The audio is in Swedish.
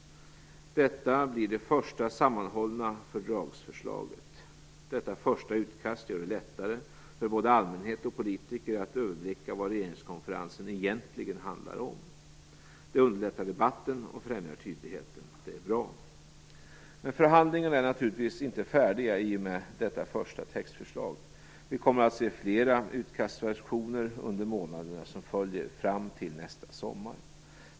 Detta blir det första sammanhållna fördragsförslaget. Detta första utkast gör det lättare för både allmänhet och politiker att överblicka vad regeringskonferensen egentligen handlar om. Det underlättar debatten och främjar tydligheten. Det är bra. Men förhandlingarna är naturligtvis inte färdiga i och med detta första textförslag. Vi kommer att se flera utkastversioner under månaderna som följer, fram till nästa sommar.